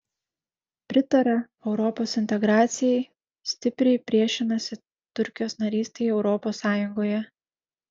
pritaria europos integracijai stipriai priešinasi turkijos narystei europos sąjungoje